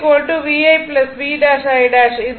P VI V ' I '